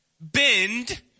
Bend